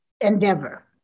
endeavor